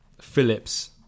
Phillips